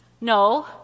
No